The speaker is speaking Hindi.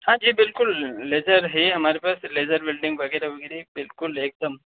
हाँ जी बिल्कुल लेज़र है हमारे पास लेज़र वेल्डिंग वगैरह वगैरह बिल्कुल एकदम